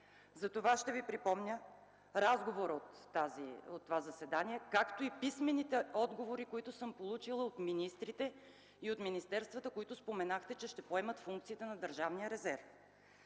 Затова ще Ви припомня разговора от това заседание, както и писмените отговори, които съм получила от министрите и министерствата, които споменахте, че ще поемат функциите на държавния резерв.